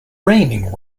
raining